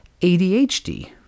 ADHD